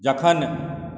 जखन